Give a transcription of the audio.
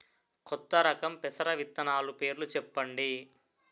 కొత్త రకం పెసర విత్తనాలు పేర్లు చెప్పండి?